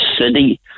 city